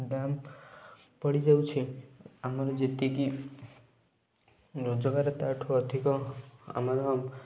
ଦାମ୍ ପଡ଼ିଯାଉଛି ଆମର ଯେତିକି ରୋଜଗାର ତାଠୁ ଅଧିକ ଆମର